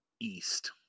east